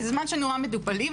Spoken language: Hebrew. בזמן שאני רואה מטופלים,